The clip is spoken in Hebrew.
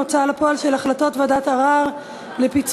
הוצאה לפועל של החלטות ועדת ערר לפיצויים